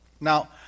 Now